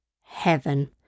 Heaven